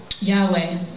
Yahweh